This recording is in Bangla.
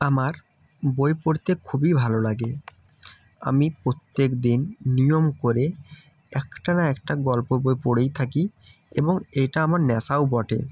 আমার বই পড়তে খুবই ভালো লাগে আমি প্রত্যেকদিন নিয়ম করে একটা না একটা গল্প বই পড়েই থাকি এবং এটা আমার নেশাও বটে